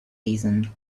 reason